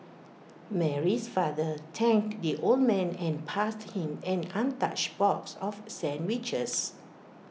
Mary's father thanked the old man and passed him an untouched box of sandwiches